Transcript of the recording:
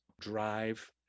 drive